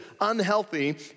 unhealthy